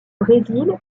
brésil